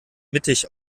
mittig